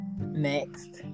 next